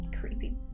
creepy